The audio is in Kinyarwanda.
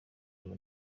kuri